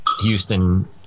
Houston